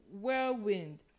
whirlwind